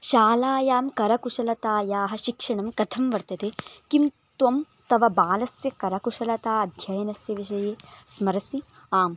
शालायां करकुशलतायाः शिक्षणं कथं वर्तते किं त्वं तव बालस्य करकुशलता अध्ययनस्य विषये स्मरसि आम्